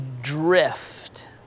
drift